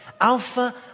Alpha